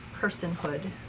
personhood